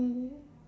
mm